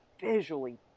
visually